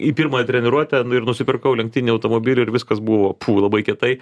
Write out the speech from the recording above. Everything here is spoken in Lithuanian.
į pirmą treniruotę nu ir nusipirkau lenktyninį automobilį ir viskas buvo pfu labai kietai